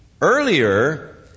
Earlier